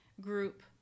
group